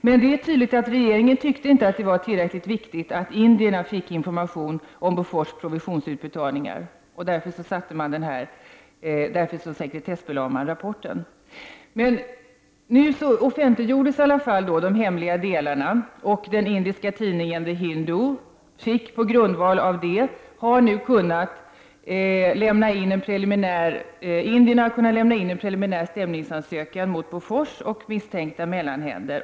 Men det är tydligt att regeringen tyckte att det inte var tillräckligt viktigt att indierna fick information om Bofors provisionsutbetalningar! Därför sekretessbelades rapporten. Så offentliggjordes de hemliga delarna ändå av den indiska tidningen The Hindu. På grundval av detta har nu indierna kunnat lämna in en preliminär stämningsansökan mot Bofors och misstänkta mellanhänder.